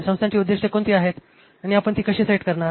संस्थेची उद्दीष्टे कोणती आहेत आणि आपण ती कशी सेट करणार